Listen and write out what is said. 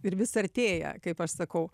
ir vis artėja kaip aš sakau